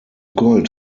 gold